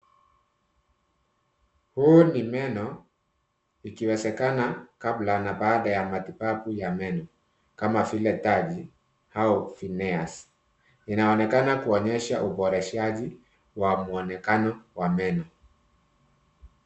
Huu ni meno ikiwezekana kabla na baada ya matibabu ya meno kama vile taji au vineas inaonekana kuonyesha uboreshaji wa muonekano wa meno.